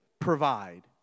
provide